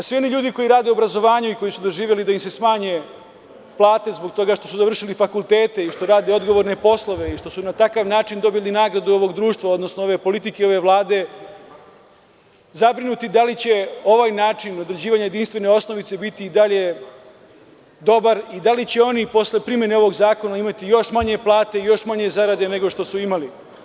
Svi oni ljudi koji rade u obrazovanju i koji su doživeli da im se smanje plate zbog toga što su završili fakultete i što rade odgovorne poslove i što su na takav način dobili nagradu ovog društva, odnosno politike ove Vlade, zabrinuti su da li će ovaj način određivanja jedinstvene osnovice biti i dalje dobara i da li će oni posle primene ovog zakona imati još manje plate i još manje zarade nego što su imali.